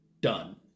done